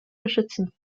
beschützen